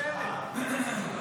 יש 18,000 החלטות ממשלה שלא בוצעו.